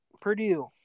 Purdue